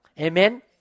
Amen